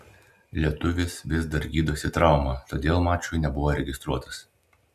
lietuvis vis dar gydosi traumą todėl mačui nebuvo registruotas